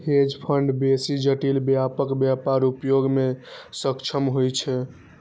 hedge fund बेसी जटिल व्यापारक व्यापक उपयोग मे सक्षम होइ छै